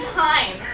time